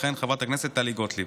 תכהן חברת הכנסת טלי גוטליב.